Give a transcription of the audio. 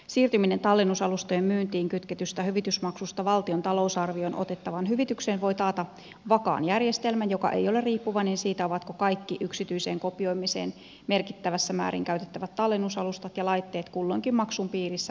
siirtyminen tallennusalustojen myyntiin kytketystä hyvitysmaksusta valtion talousarvioon otettavaan hyvitykseen voi taata vakaan järjestelmän joka ei ole riippuvainen siitä ovatko kaikki yksityiseen kopioimiseen merkittävässä määrin käytettävät tallennusalustat ja laitteet kulloinkin maksun piirissä vai eivät